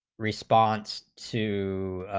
response two,